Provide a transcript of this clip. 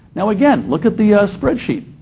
now, again, look at the spreadsheet.